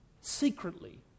secretly